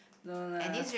no lah